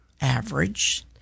average